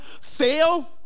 fail